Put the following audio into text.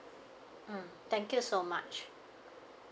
mm thank you so much